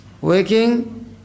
Waking